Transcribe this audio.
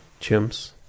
Chimps